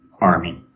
army